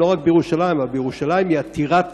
אבל שמעתי עיתונאים וגם חברי כנסת באים בטענות